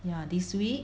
ya this week